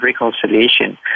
reconciliation